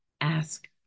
ask